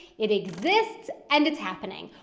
it exists and it's happening.